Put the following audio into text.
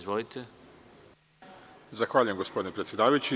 Zahvaljujem gospodine predsedavajući.